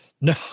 No